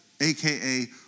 aka